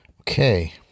Okay